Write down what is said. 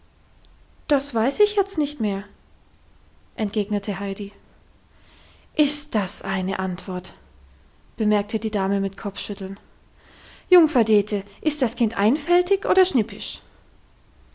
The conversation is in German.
das weiß ich jetzt nicht mehr entgegnete heidi ist das eine antwort bemerkte die dame mit kopfschütteln jungfer dete ist das kind einfältig oder schnippisch